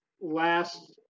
last